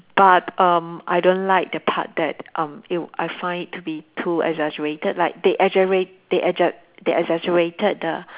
but um I don't like the part that um it I find it to be too exaggerated like they egera~ they ege~ they exaggerated the